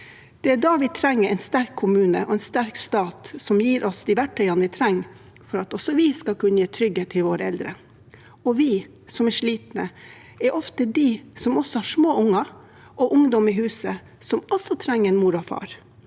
Det er da vi trenger en sterk kommune og en sterk stat som gir oss de verktøyene vi trenger for at også vi skal kunne gi trygghet til våre eldre. Vi, som er slitne, er ofte de som også har små unger og ungdom i huset som trenger mor og far.